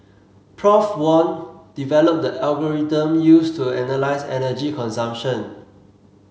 Prof Wen developed the algorithm used to analyse energy consumption